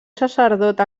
sacerdot